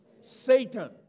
Satan